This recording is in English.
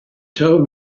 told